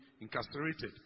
incarcerated